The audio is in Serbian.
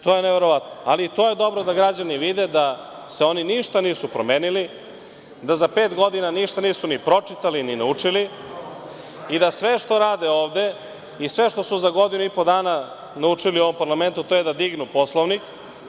To je neverovatno, ali to je dobro da građani vide da se oni ništa nisu promenili, da za pet godina ništa nisu ni pročitali ni naučili i da sve što rade ovde i sve što su za godinu i po dana naučili u ovom parlamentu, to je da dignu Poslovnik.